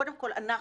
קודם כל אנחנו,